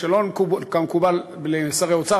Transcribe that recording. שלא כמקובל אצל שרי אוצר,